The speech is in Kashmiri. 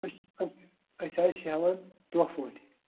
أسۍ چھِ أسۍ أسۍ حظ چھِ ہٮ۪وان دۄہ پٲٹھۍ